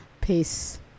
peace